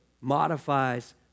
modifies